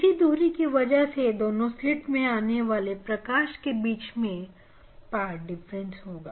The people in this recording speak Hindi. इस दूरी की वजह से दोनों स्लिट में से आने वाले प्रकाश के बीच में पाथ डिफरेंस होगा